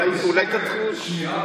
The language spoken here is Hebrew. אני מרגיש